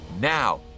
Now